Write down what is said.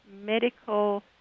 medical